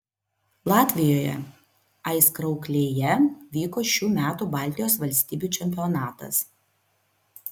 latvijoje aizkrauklėje vyko šių metų baltijos valstybių čempionatas